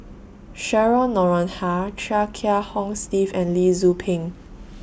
Cheryl Noronha Chia Kiah Hong Steve and Lee Tzu Pheng